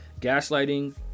gaslighting